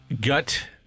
gut